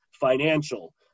financial